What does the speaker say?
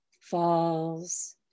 falls